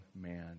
man